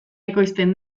ekoizten